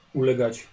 ulegać